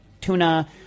tuna